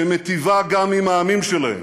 שמיטיבה גם עם העמים שלהם.